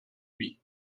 lui